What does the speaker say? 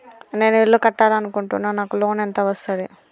నేను ఇల్లు కట్టాలి అనుకుంటున్నా? నాకు లోన్ ఎంత వస్తది?